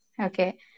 Okay